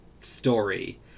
story